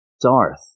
Darth